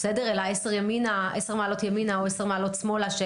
אלא עשר מעלות ימינה או שמאלה,